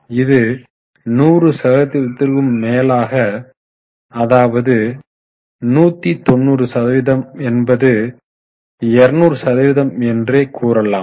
இது 100 சதவீதத்திற்கும் மேலாக 190 சதவீதம் என்பது 200 சதவீதம் என்றே கூறலாம்